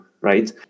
right